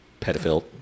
pedophile